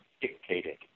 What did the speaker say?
dictated